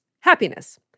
happiness